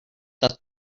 that